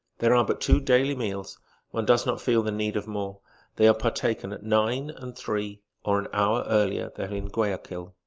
there are but two daily meals one does not feel the need of more they are partaken at nine and three, or an hour earlier than in guayaquil.